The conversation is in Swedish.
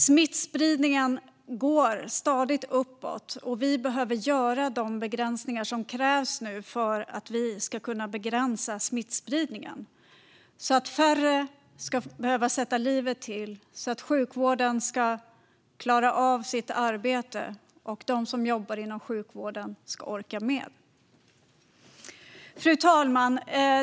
Smittspridningen går stadigt uppåt, och vi behöver göra de begränsningar som krävs för att begränsa smittspridningen så att färre ska behöva sätta livet till, så att sjukvården ska klara av sitt arbete och så att de som jobbar inom sjukvården ska orka med. Fru talman!